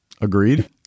Agreed